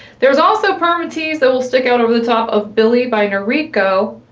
there's also permatease that will stick out over the top of billie by noriko,